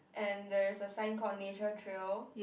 and there is a sign called nature trail